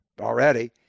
already